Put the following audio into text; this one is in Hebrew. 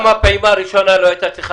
גם הפעימה הראשונה לא הייתה צריכה